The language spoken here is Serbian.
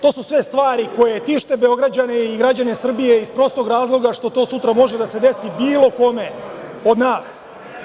To su sve stvari koje tište Beograđane i građane Srbije, iz prostog razloga što to sutra može da se desi bilo kome od nas.